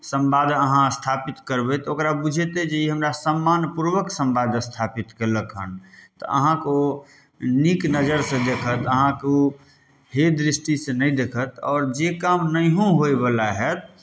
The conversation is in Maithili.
सम्वाद अहाँ स्थापित करबै तऽ ओकरा बुझेतै जे ई हमरा सम्मान पूर्वक सम्वाद स्थापित केलक हन तऽ अहाँकेँ ओ नीक नजरिसँ देखत अहाँकेँ ओ हेय दृष्टिसँ नहि देखत आओर जे काम नैहो होयवला हैत